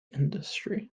industry